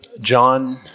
John